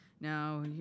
Now